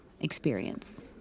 experience